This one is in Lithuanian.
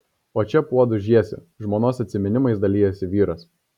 o čia puodus žiesi žmonos atsiminimais dalijasi vyras